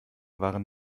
waren